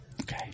Okay